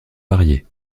variés